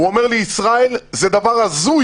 הוא אומר לי: ישראל, זה דבר הזוי,